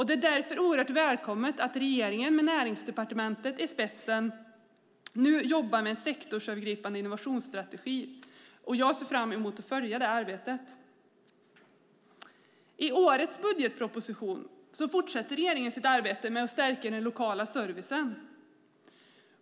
Det är därför oerhört välkommet att regeringen med Näringsdepartementet i spetsen nu jobbar med sektorsövergripande innovationsstrategi. Jag ser fram emot att följa det arbetet. I årets budgetproposition fortsätter regeringen sitt arbete med att stärka den lokala servicen.